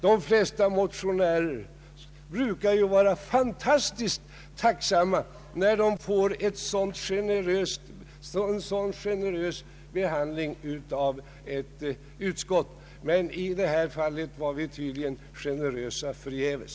De flesta motionärer brukar vara fantastiskt tacksamma när de röner en sådan generös behandling av ett utskott, men i detta fall var vi tydligen generösa förgäves.